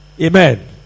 Amen